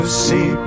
see